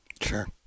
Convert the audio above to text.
Sure